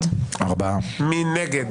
2 נגד,